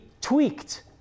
tweaked